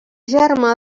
germà